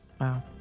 Wow